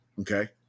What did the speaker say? okay